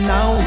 Now